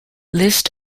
list